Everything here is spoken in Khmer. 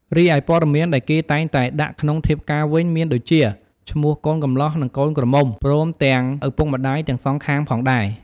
រីឯព័ត៌មានដែលគេតែងតែដាក់ក្នុងធៀបការវិញ មានដូចជា ឈ្មោះកូនកម្លោះ និងកូនក្រមុំ ព្រមទាំងឪពុកម្ដាយទាំងសងខាងផងដែរ។